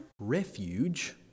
refuge